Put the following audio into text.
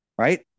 Right